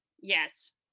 yes